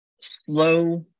slow